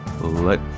let